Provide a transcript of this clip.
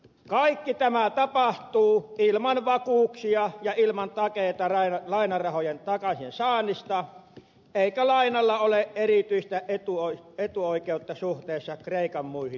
kaikki tämä tapahtuu ilman vakuuksia ja ilman takeita lainarahojen takaisinsaannista eikä lainalla ole erityistä etuoikeutta suhteessa kreikan muihin velkojiin